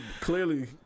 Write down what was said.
clearly